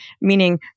meaning